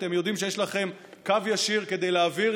אתם יודעים שיש לכם קו ישיר כדי להעביר